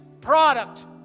product